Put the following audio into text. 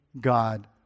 God